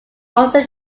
also